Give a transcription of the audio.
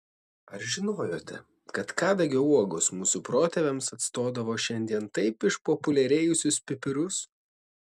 ar žinojote kad kadagio uogos mūsų protėviams atstodavo šiandien taip išpopuliarėjusius pipirus